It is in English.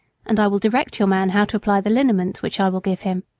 and i will direct your man how to apply the liniment which i will give him.